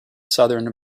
southern